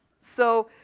so,